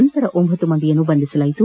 ನಂತರ ಒಂಬತ್ತು ಮಂದಿಯನ್ನು ಬಂಧಿಸಲಾಗಿತ್ತು